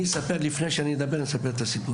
לפני שאני אדבר, אני אספר סיפור קצר.